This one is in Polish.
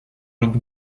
lub